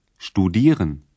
Studieren